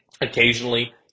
Occasionally